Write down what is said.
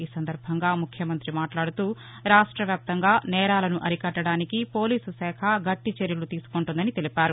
ఈ సందర్బంగా ముఖ్యమంత్రి మాట్లాడుతూ రాష్ట వ్యాప్తంగా నేరాలను అరికట్టడానికి పోలీస్ శాఖ గట్టి చర్యలు తీసుకుంటోందని తెలిపారు